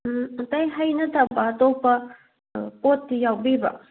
ꯑꯇꯩ ꯍꯩ ꯅꯠꯇꯕ ꯑꯇꯣꯞꯄ ꯄꯣꯠꯇꯤ ꯌꯥꯎꯕꯤꯕ꯭ꯔꯣ